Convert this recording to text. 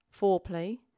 foreplay